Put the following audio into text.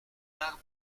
tarbes